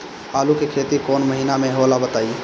आलू के खेती कौन महीना में होला बताई?